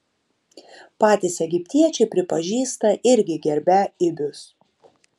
patys egiptiečiai prisipažįsta irgi gerbią ibius